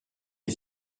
est